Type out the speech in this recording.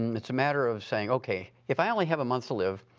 um it's a matter of saying, okay, if i only have a month to live,